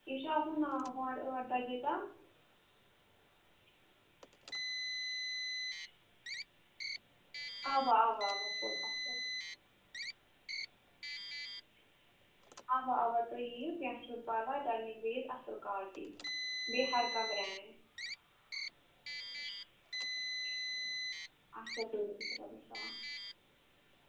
یہِ چھُ آسان ہور ٲٹھِ بَجے تام اَوا اَوا اَوا فُل ہَفتَس اَوا اَوا تُہۍ یِیِو کیٚنٛہہ چھُنہٕ پَرٕواے تَمہِ وِزِ یِیہِ اَصٕل کالٹی بیٚیہِ ہر کٲنٛہہ برٛینٛڈ اچھا بِہِو بِہِو رۅبَس حَوال